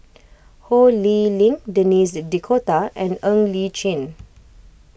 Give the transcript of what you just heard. Ho Lee Ling Denis D'Cotta and Ng Li Chin